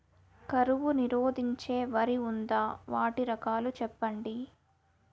కరువు నిరోధించే వరి ఉందా? వాటి రకాలు చెప్పండి?